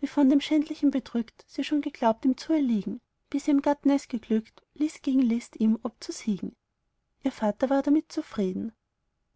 wie von dem schändlichen bedrückt sie schon geglaubt ihm zu erliegen bis ihrem gatten es geglückt list gegen list ihm obzusiegen ihr vater war damit zufrieden